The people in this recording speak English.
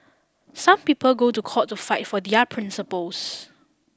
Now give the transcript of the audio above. some people go to court to fight for their principles